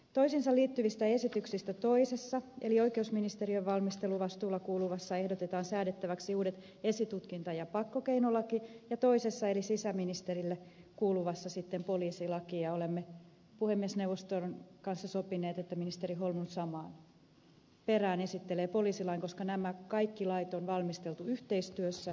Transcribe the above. toisiinsa liittyvistä esityksistä toisessa eli oikeusministeriön valmisteluvastuulle kuuluvassa ehdotetaan säädettäväksi uudet esitutkinta ja pakkokeinolaki ja toisessa eli sisäministeriölle kuuluvassa sitten poliisilaki ja olemme puhemiesneuvoston kanssa sopineet että ministeri holmlund samaan perään esittelee poliisilain koska nämä kaikki lait on valmisteltu yhteistyössä